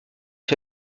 une